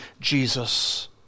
Jesus